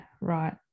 right